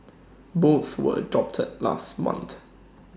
both were adopted last month